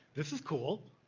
this is cool.